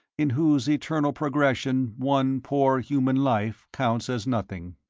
in whose eternal progression one poor human life counts as nothing.